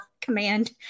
command